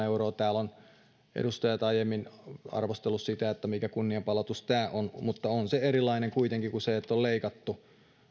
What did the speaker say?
euroa täällä ovat edustajat aiemmin arvostelleet sitä että mikä kunnianpalautus tämä on mutta on se erilaista kuitenkin kuin se että on leikattu